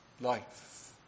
life